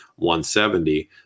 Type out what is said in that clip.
170